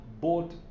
bought